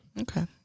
Okay